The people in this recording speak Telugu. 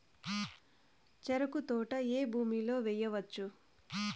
చెరుకు తోట ఏ భూమిలో వేయవచ్చు?